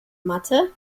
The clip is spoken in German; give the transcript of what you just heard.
matte